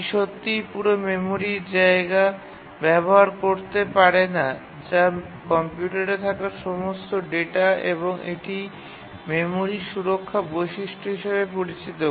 এটি সত্যিই পুরো মেমরির জায়গা ব্যবহার করতে পারে না যা কম্পিউটারে থাকা সমস্ত ডেটা এবং এটি মেমরি সুরক্ষা বৈশিষ্ট্য হিসাবে পরিচিত